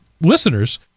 listeners